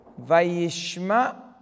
Vayishma